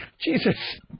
Jesus